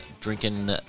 drinking